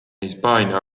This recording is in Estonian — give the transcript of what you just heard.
hispaania